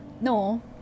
No